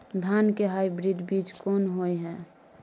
धान के हाइब्रिड बीज कोन होय है?